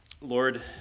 Lord